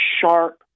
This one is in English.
sharp